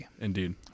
Indeed